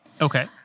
Okay